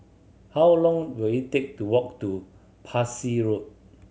how long will it take to walk to Parsi Road